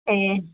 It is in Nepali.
ए